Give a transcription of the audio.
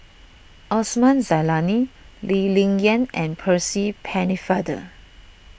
Osman Zailani Lee Ling Yen and Percy Pennefather